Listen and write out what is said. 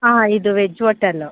ಹಾಂ ಇದು veg hotel